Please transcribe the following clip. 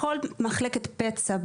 בכל מחלקת פצע,